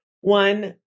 one